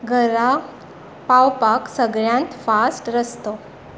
घरा पावपाक सगळ्यांत फास्ट रस्तो